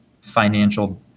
financial